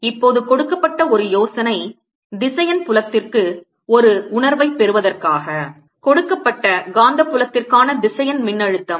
இப்போது கொடுக்கப்பட்ட ஒரு யோசனை திசையன் புலத்திற்கு ஒரு உணர்வைப் பெறுவதற்காக கொடுக்கப்பட்ட காந்தப்புலத்திற்கான திசையன் மின்னழுத்தம்